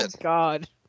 God